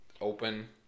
Open